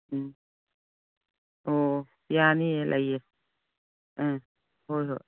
ꯎꯝ ꯑꯣ ꯌꯥꯅꯤꯌꯦ ꯂꯩꯌꯦ ꯎꯝ ꯍꯣꯏ ꯍꯣꯏ